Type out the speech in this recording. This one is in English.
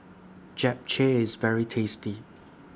Japchae IS very tasty